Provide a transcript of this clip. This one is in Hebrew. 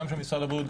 גם של משרד הבריאות,